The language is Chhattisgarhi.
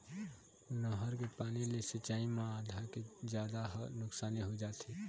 नहर के पानी ले सिंचई म आधा के जादा ह नुकसानी हो जाथे